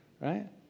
Right